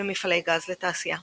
ומפעלי גז לתעשייה.